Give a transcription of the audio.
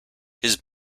his